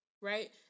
right